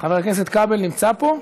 חבר הכנסת כבל נמצא פה?